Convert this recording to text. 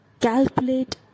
Calculate